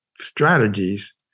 strategies